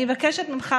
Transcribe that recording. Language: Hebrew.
אני מבקשת ממך,